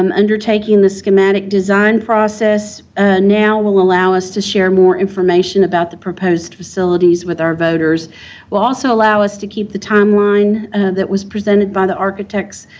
um undertaking the schematic design process now will allow us to share more information about the proposed facilities with our voters. it will also allow us to keep the timeline that was presented by the architects,